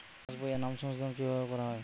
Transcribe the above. পাশ বইয়ে নাম সংশোধন কিভাবে করা হয়?